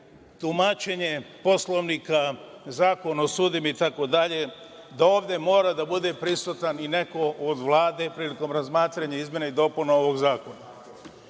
tumačenje Poslovnika, Zakona o sudijama, itd, da ovde mora da bude prisutan i neko od Vlade prilikom razmatranja izmena i dopuna ovog zakona.